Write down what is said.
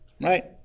right